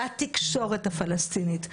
בתקשורת הפלסטינית,